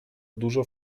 dużo